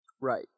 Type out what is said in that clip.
Right